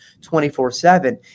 24-7